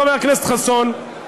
חבר הכנסת חסון,